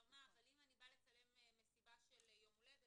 את הנושא שהוא בא לצלם ביום הולדת,